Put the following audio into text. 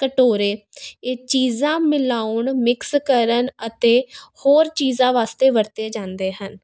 ਕਟੋਰੇ ਇਹ ਚੀਜ਼ਾਂ ਮਿਲਾਉਣ ਮਿਕਸ ਕਰਨ ਅਤੇ ਹੋਰ ਚੀਜ਼ਾਂ ਵਾਸਤੇ ਵਰਤੇ ਜਾਂਦੇ ਹਨ